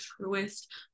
truest